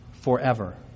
forever